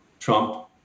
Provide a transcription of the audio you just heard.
Trump